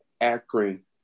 Akron